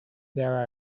there